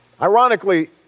Ironically